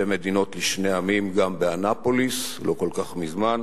מדינות לשני עמים גם באנאפוליס לא כל כך מזמן,